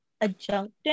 adjunct